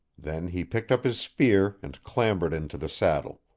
then he picked up his spear and clambered into the saddle.